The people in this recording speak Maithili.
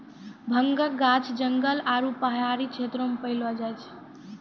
भांगक गाछ जंगल आरू पहाड़ी क्षेत्र मे पैलो जाय छै